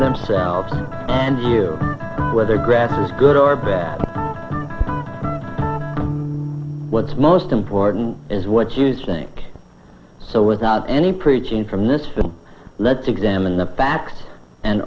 themselves and you whether grass is good or bad but what's most important is what you think so without any preaching from this bill let's examine the facts and